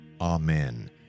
Amen